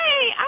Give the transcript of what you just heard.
hey